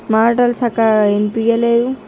మాటలు చక్కగా వినిపించలేవు